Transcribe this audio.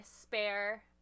spare